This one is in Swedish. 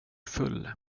full